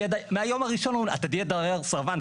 מהיום הראשון אומרים לו 'אתה תהיה דייר סרבן,